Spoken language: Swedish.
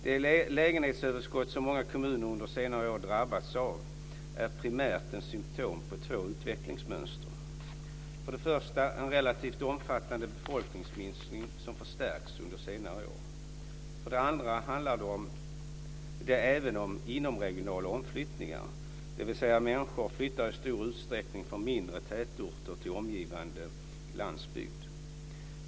Det lägenhetsöverskott som många kommuner under senare år drabbats av är primärt symtom på två utvecklingsmönster, för det första en relativt omfattande befolkningsminskning som förstärkts under senare år, och för det andra handlar det även om inomregionala omflyttningar, dvs. människor flyttar i stor utsträckning från mindre tätorter till omgivande landsbygd.